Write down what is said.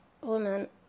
woman